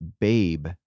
Babe